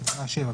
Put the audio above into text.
בתקנה 7,